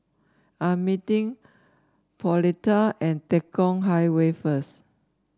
I'm meeting Pauletta at Tekong Highway first